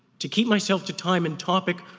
to keep myself to time and topic,